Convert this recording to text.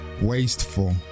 Wasteful